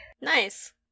Nice